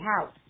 house